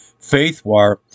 Faithwire